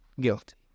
Guilty